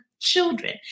Children